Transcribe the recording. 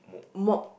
mop